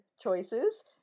choices